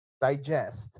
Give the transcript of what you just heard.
Digest